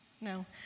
no